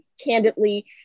candidly